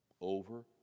over